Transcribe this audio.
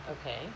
Okay